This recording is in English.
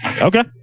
Okay